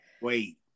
Wait